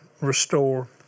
Restore